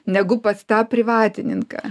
negu pas tą privatininką